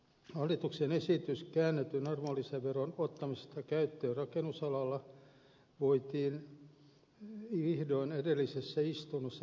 hallituksen esitys käännetyn arvonlisäveron ottamisesta käyttöön rakennusalalla voitiin vihdoin edellisessä istunnossa lähettää valiokuntaan